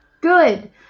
good